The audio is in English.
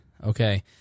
Okay